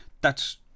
thats